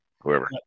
whoever